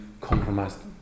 compromised